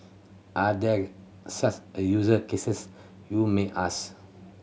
are there such a use cases you may ask